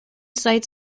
sites